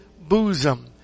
bosom